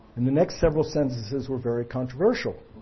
and the next several censuses were very controversial.